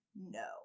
No